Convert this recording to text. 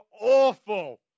awful